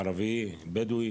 ערבי-בדואי,